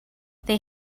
they